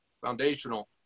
foundational